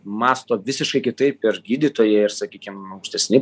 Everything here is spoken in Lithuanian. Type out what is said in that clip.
mąsto visiškai kitaip ir gydytojai ir sakykim aukštesni